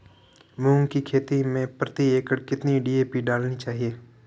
मूंग की खेती में प्रति एकड़ कितनी डी.ए.पी डालनी चाहिए?